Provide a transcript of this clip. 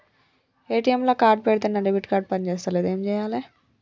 ATM లా card పెడితే నా డెబిట్ కార్డ్ పని చేస్తలేదు ఏం చేయాలే?